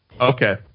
Okay